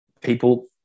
people